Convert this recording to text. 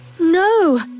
No